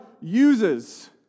uses